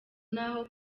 naho